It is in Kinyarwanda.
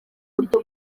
buryo